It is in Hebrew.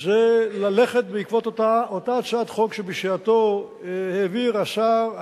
זה ללכת בעקבות אותה הצעת חוק שבשעתו העביר השר,